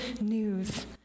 news